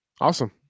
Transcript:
awesome